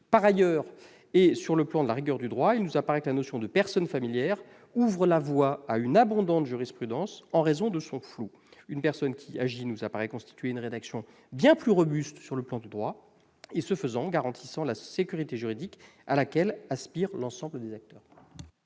Par ailleurs, et sur le plan de la rigueur juridique, il nous apparaît que la notion de personnes familières ouvre la voie à une abondante jurisprudence en raison de son flou ;« une personne agissant » nous apparaît une rédaction bien plus robuste et de nature à garantir la sécurité juridique à laquelle aspirent l'ensemble des acteurs.